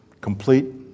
Complete